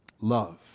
love